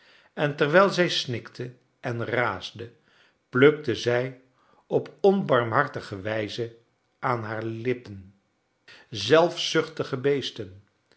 en terwijl zij snikte en raasde plukte zij op onbarmhartige wijze aan haar lippen zelfzuchtige beesten